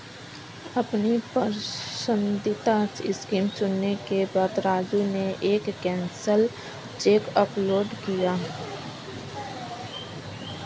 अपनी पसंदीदा स्कीम चुनने के बाद राजू ने एक कैंसिल चेक अपलोड किया